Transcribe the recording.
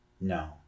No